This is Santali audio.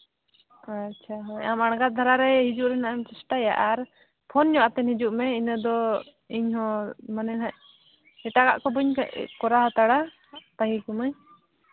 ᱟᱪᱪᱷᱟ ᱦᱳᱭ ᱟᱢ ᱟᱬᱜᱟ ᱫᱷᱟᱨᱟ ᱨᱮ ᱦᱤᱡᱩᱜ ᱨᱮᱱᱟᱜ ᱮᱢ ᱪᱮᱥᱴᱟᱭᱟ ᱟᱨ ᱯᱷᱳᱱ ᱧᱚᱜ ᱟᱛᱮᱫ ᱦᱤᱡᱩᱜ ᱢᱮ ᱤᱱᱟᱹ ᱫᱚ ᱤᱧ ᱦᱚᱸ ᱢᱟᱱᱮ ᱱᱟᱜ ᱮᱴᱟᱜᱟᱜ ᱠᱚ ᱵᱟᱹᱧ ᱠᱚᱨᱟᱣ ᱦᱟᱛᱟᱲᱟ ᱛᱟᱹᱜᱤ ᱠᱟᱹᱢᱟᱹᱧ